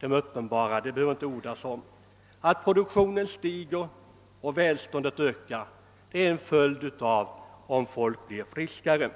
är uppenbara — dem behöver jag inte orda om. Att produktionen stiger och välståndet ökar är en följd av att folk blir friskare.